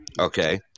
okay